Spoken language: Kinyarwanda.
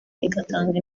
igatanga